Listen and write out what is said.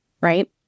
right